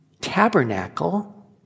tabernacle